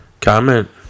Comment